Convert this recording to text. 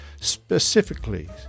specifically